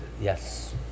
Yes